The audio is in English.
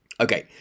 okay